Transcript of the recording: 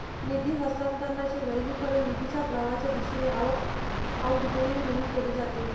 निधी हस्तांतरणाचे वर्गीकरण निधीच्या प्रवाहाच्या दिशेने आवक, आउटगोइंग म्हणून केले जाते